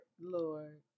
Lord